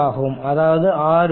அதாவது 6 வோல்ட்